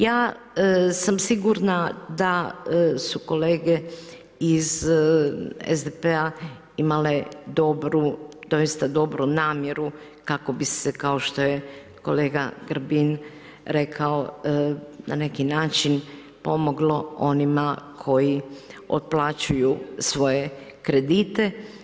Ja sam sigurna da su kolege iz SDP-a imale dobru namjeru kako bi se, kao što je kolega Grbin rekao, na neki način pomoglo onima koji otplaćuju svoje kredite.